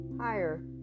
higher